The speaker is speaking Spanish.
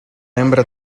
hembra